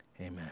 Amen